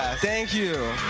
thank you.